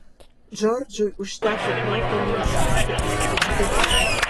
džordžui užteko proto neužkibti ant kabliuko